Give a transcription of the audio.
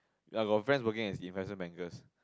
ya got friends working as investment bankers